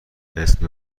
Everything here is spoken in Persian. اسم